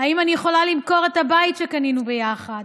האם אני יכולה למכור את הבית שקנינו ביחד?